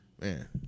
man